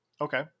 Okay